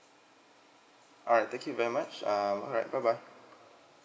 alright thank you very much um alright bye bye